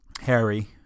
Harry